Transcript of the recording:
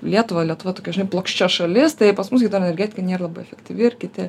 lietuvą lietuva tokia žinai plokščia šalis tai pas mus hidroenergetika nėra labai efektyvi ir kiti